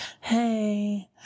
Hey